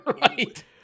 right